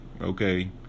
okay